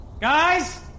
Guys